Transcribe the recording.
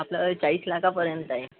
आपलं चाळीस लाखापर्यंत आहे